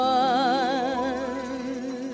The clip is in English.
one